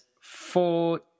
four